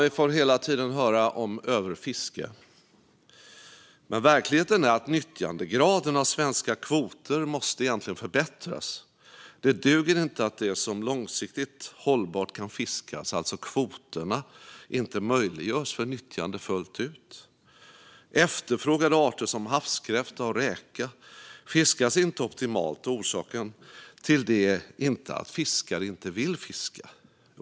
Vi får hela tiden höra om överfiske, men verkligheten är att nyttjandegraden av svenska kvoter egentligen måste förbättras. Det duger inte att det som långsiktigt hållbart kan fiskas, alltså kvoterna, inte möjliggörs för nyttjande fullt ut. Efterfrågade arter som havskräfta och räka fiskas inte optimalt, och orsaken till det är inte att fiskare inte vill fiska.